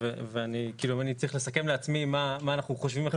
ואם אני צריך לסכם מה אנחנו חושבים אחרי זה.